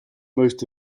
most